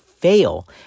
fail